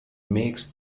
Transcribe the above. makes